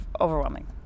overwhelming